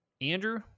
Andrew